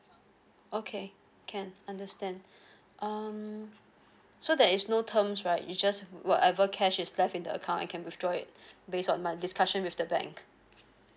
okay can understand um so there is no terms right you just whatever cash is left in the account I can withdraw it based on my discussion with the bank